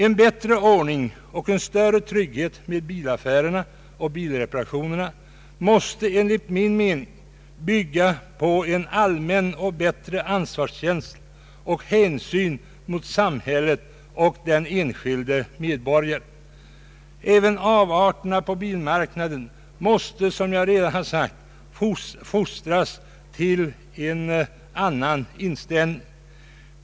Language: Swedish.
En bättre ordning och en större trygghet i fråga om bilaffärerna och bilreparationerna måste enligt min mening bygga på en allmän och bättre ansvarskänsla och hänsyn mot samhället och den enskilde medborgaren. även de som svarar för avarterna på bilmarknaden måste, som jag redan sagt, fostras till en annan inställning.